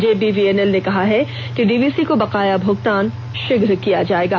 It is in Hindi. जेबीवीएनएल ने कहा है कि डीवीसी को बकाया भुगतान षीघ्र किया जाएगा